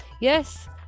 Yes